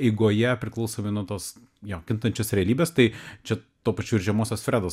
eigoje priklausomai nuo tos jo kintančios realybės tai čia tuo pačiu ir žemosios fredos